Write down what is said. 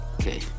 Okay